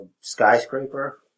skyscraper